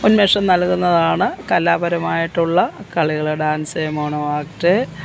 ഉന്മേഷം നൽകുന്നതാണ് കലാപരമായിട്ടുള്ള കളികൾ ഡാൻസ് മോണോ ആക്ട്